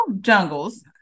jungles